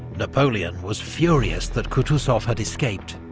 napoleon was furious that kutuzov had escaped.